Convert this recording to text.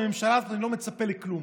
מהממשלה הזאת אני לא מצפה כלום,